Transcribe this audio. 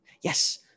Yes